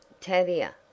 Tavia